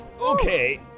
Okay